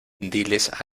diles